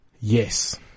Yes